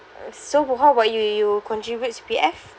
so how about you you contribute C_P_F